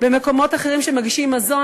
ובמקומות אחרים שמגישים מזון.